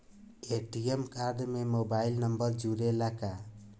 ATM card में mobile number जुरेला का?